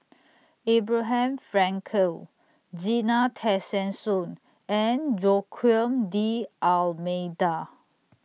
Abraham Frankel Zena Tessensohn and Joaquim D'almeida